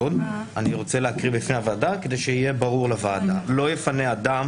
אני רוצה להקריא את הסעיף בפני הוועדה: "לא יפנה אדם,